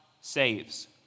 saves